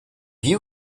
you